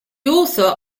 author